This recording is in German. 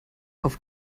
auf